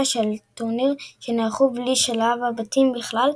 של הטורניר שנערכו בלי שלב בתים בכלל,